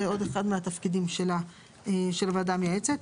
זה עוד אחד מהתפקידים של הוועדה המייעצת.